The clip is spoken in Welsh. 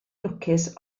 lwcus